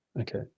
Okay